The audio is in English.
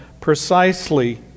precisely